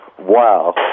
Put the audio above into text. wow